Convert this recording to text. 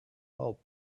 help